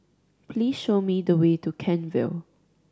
please show me the way to Kent Vale